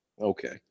Okay